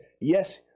yes